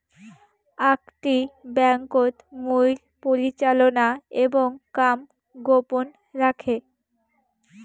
আকটি ব্যাংকোত মুইর পরিচালনা এবং কাম গোপন রাখে